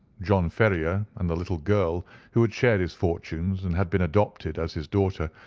john ferrier and the little girl who had shared his fortunes and had been adopted as his daughter,